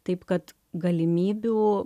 taip kad galimybių